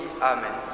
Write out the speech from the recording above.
Amen